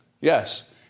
Yes